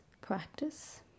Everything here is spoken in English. practice